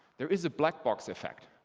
there is a black box effect.